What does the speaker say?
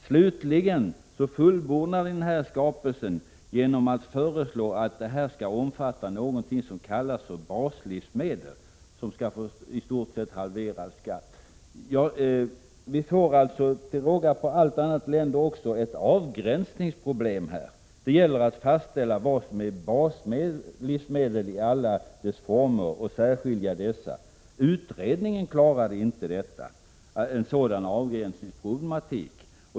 Slutligen fullbordar ni den här skapelsen genom att föreslå att det här skall omfatta någonting som kallas för baslivsmedel och som i stort sett skall få en halvering av skatten. Till råga på allt annat elände får vi ett avgränsningsproblem. Det gäller att fastställa vad som är baslivsmedel i alla dess former. Utredningen klarade inte denna avgränsningsproblematik.